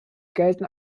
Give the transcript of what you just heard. gelten